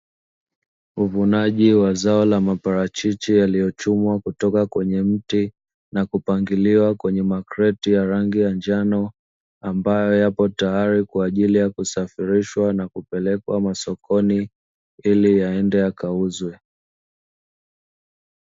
Uvunaji wa zao la maparachichi yaliyochumwa kutoka kwenye mti na kupangiliwa kwenye makreti ya rangi ya njano, ambayo yapo tayari kwa ajili ya kusafirishwa na kupelekwa masokoni ili yaende yakauzwe.